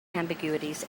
ambiguities